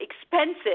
expensive